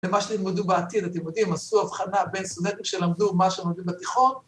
‫למה שתלמדו בעתיד, ‫אתם יודעים, עשו הבחנה בין סטודנטים ‫שלמדו מה שלומדים בתיכון.